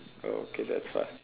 okay that's fast